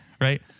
Right